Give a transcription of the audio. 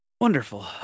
Wonderful